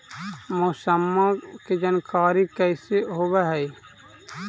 मौसमा के जानकारी कैसे होब है?